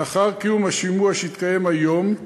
לאחר קיום השימוע, שיתקיים היום,